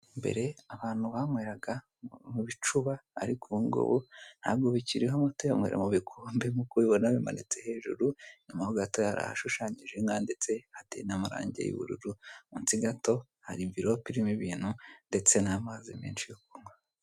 Mbere abantu banyweraga mu bicuba ariko ubu ngubu ntabwo bikiriho umuti banywera mu bikombe nkuko ubibona bimanitse hejuru, inyuma yaho hashushanyije inka ndetse hateye amarangi y'ubururu, Munsi gatoya hari mvirope irimo ibintu ndetse n'amazi menshi yo kunywa.